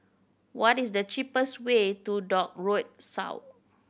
what is the cheapest way to Dock Road